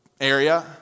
area